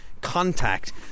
Contact